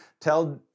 tell